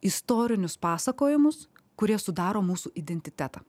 istorinius pasakojimus kurie sudaro mūsų identitetą